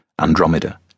Andromeda